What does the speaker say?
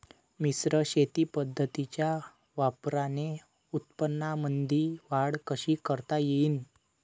मिश्र शेती पद्धतीच्या वापराने उत्पन्नामंदी वाढ कशी करता येईन?